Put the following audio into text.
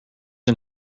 een